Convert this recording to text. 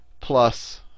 plus